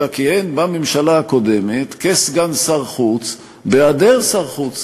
אלא כיהן בממשלה הקודמת כסגן שר החוץ בהיעדר שר חוץ.